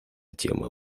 тема